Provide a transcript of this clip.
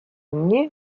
мне